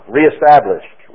reestablished